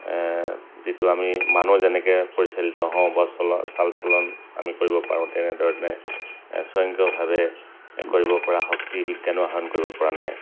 যিটো আমি মানুহ যেনেকৈ পৰিচালিত হওঁ বা চলন চালচলন আমি কৰিব পাৰোঁ তেনেধৰণে স্বয়ংক্ৰিয়ভাৱে কৰিবপৰা শক্তি বিজ্ঞানেও আহৰণ কৰিবপৰা নাই